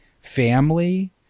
family